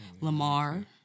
Lamar